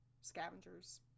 Scavengers